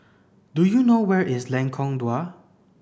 do you know where is Lengkong Dua